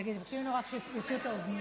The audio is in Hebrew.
תבקשי ממנו רק שיסיר את האוזניות.